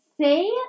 say